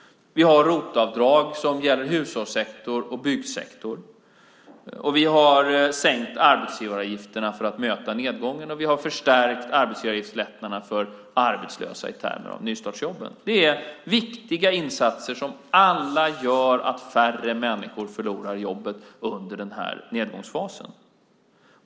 Vi har ROT-avdrag som gäller hushållssektor och byggsektor. Vi har sänkt arbetsgivaravgifterna för att möta nedgången, och vi har förstärkt lättnaderna i arbetsgivaravgifterna för arbetslösa i termer av nystartsjobben. Det är viktiga insatser som gör att färre människor förlorar jobbet under nedgångsfasen.